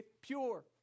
pure